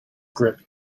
grip